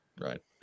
Right